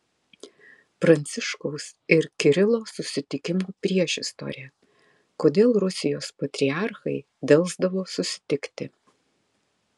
pranciškaus ir kirilo susitikimo priešistorė kodėl rusijos patriarchai delsdavo susitikti